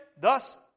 thus